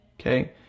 Okay